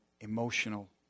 emotional